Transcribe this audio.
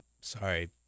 sorry